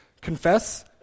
Confess